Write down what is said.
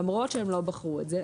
למרות שהם לא בחרו את זה,